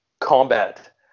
combat